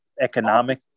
economic